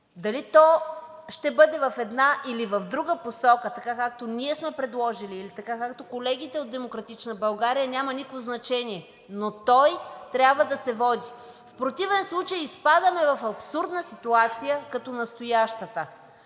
дали то ще бъде в една, или в друга посока, така както ние сме предложили или както колегите от „Демократична България“, няма никакво значение, но той трябва да се води. В противен случай изпадаме в абсурдна ситуация като настоящата